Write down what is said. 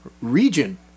region